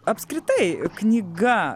apskritai knyga